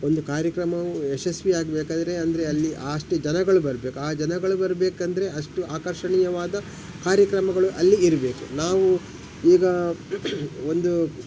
ಒಂದು ಕಾರ್ಯಕ್ರಮವು ಯಶಸ್ವಿಯಾಗಬೇಕಾದ್ರೆ ಅಂದರೆ ಅಲ್ಲಿ ಅಷ್ಟು ಜನಗಳು ಬರಬೇಕು ಆ ಜನಗಳು ಬರಬೇಕಂದ್ರೆ ಅಷ್ಟು ಆಕರ್ಷಣೀಯವಾದ ಕಾರ್ಯಕ್ರಮಗಳು ಅಲ್ಲಿ ಇರಬೇಕು ನಾವು ಈಗ ಒಂದು